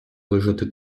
лежати